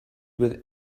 with